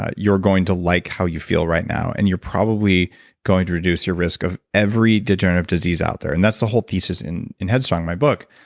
ah you're going to like how you feel right now. and you're probably going to reduce your risk of every degenerative disease out there. and that's the whole thesis in in head strong, my book.